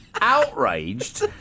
outraged